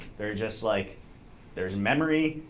they're just like there's memory,